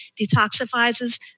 detoxifies